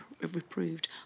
reproved